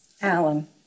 Alan